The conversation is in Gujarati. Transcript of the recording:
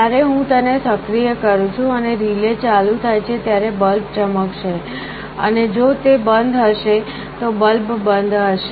જ્યારે હું તેને સક્રિય કરું છું અને રિલે ચાલુ થાય છે ત્યારે બલ્બ ચમકશે અને જો તે બંધ હશે તો બલ્બ બંધ હશે